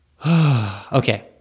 Okay